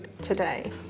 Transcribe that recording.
today